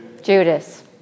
Judas